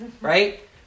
Right